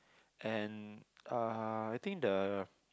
and uh I think the